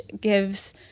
gives